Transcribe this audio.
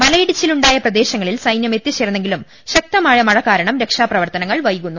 മലയിടിച്ചിലുണ്ടായ പ്രദേശങ്ങളിൽ സൈന്യം എത്തിച്ചേർന്നെങ്കിലും ശക്തമായ മൃദ്യികാരണം രക്ഷാ പ്രവർത്തനങ്ങൾ വൈകുന്നു